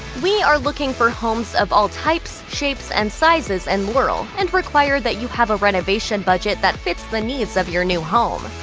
we are looking for homes of all types, shapes, and sizes in and laurel and require that you have a renovation budget that fits the needs of your new home.